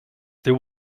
there